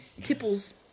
Tipples